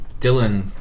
Dylan